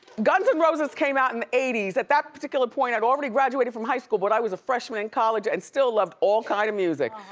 guns n' roses came out in the eighty s. at that particular point, i'd already graduated from high school, but i was a freshman in college and still loved all kind of music.